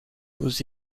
aux